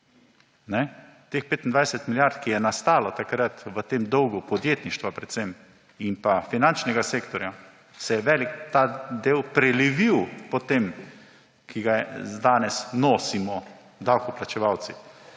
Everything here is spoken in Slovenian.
Teh 25 milijard, ki je nastalo takrat v tem dolgu, podjetništva predvsem in pa finančnega sektorja, se je velik ta del potem prelevil, ki ga danes nosimo davkoplačevalci.